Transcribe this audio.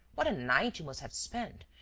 what a night you must have spent!